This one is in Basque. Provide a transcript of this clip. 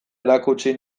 erakutsi